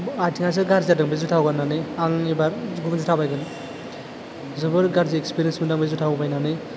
आथिङासो गारजि जादों बे जुथाखौ गाननानै आं एबार गुबुन जुथा बायगोन जोबोर गारजि एक्सपीरियेन्स मोनदों आं बे जुथाखौ बायनानै